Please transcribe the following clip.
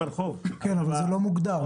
אבל זה לא מוגדר.